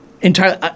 entirely –